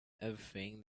everything